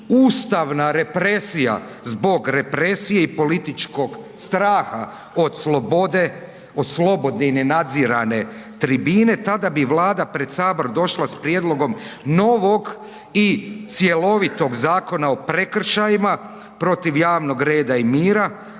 protuustavna represije zbog represije i političkog straha od slobode, od slobodne i nenadzirane tribine tada bi Vlada pred Sabor došla s prijedlogom novog i cjelovitog Zakona o prekršajima protiv javnog reda i mira,